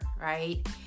right